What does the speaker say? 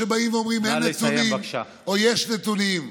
או שבאים ואומרים: אין נתונים או יש נתונים.